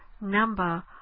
number